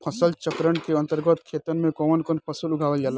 फसल चक्रण के अंतर्गत खेतन में कवन कवन फसल उगावल जाला?